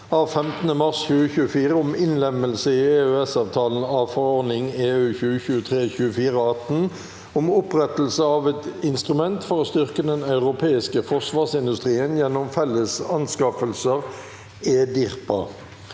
15. mars 2024 om innlemmelse i EØS- avtalen av forordning (EU) 2023/2418 om opprettelse av et instrument for å styrke den europeiske forsvarsindus- trien gjennom felles anskaffelser (EDIRPA)